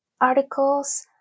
articles